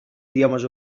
idiomes